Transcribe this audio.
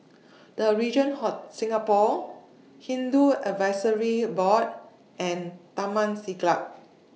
The Regent Hot Singapore Hindu Advisory Board and Taman Siglap